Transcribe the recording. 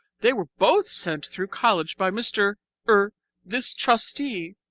they were both sent through college by mr er this trustee,